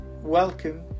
welcome